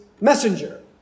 messenger